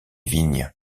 vignes